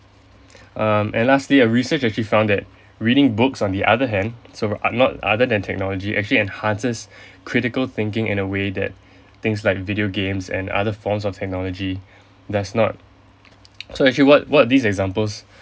um and lastly a research actually found that reading books on the other hand so are not other that technology actually enhances critical thinking in a way that things like video games and other forms of technology does not so actually what what these examples